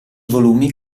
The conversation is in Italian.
volumi